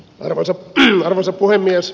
arvoisa puhemies